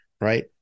right